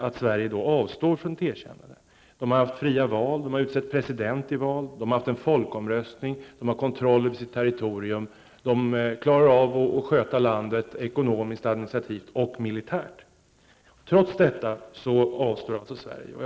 De har haft fria val, har utsett president i val, har haft en folkomröstning, har kontroll över sitt territorium och klarar av att sköta landet ekonomiskt, administrativt och militärt. Trots detta avstår alltså Sverige från ett erkännande.